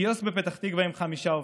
קיוסק בפתח תקווה עם חמישה עובדים,